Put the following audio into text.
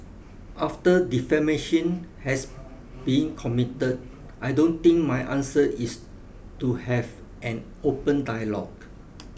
after defamation has been committed I don't think my answer is to have an open dialogue